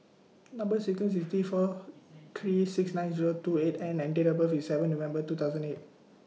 Number sequence IS T four three six nine Zero two eight N and Date of birth IS seven November two thousand and eight